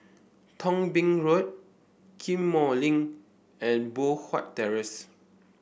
Thong Bee Road Ghim Moh Link and Poh Huat Terrace